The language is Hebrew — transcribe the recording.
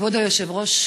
כבוד היושב-ראש,